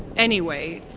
anyway.